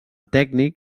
tècnic